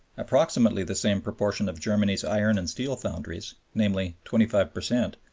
approximately the same proportion of germany's iron and steel foundries, namely twenty five per cent,